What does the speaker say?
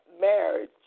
marriage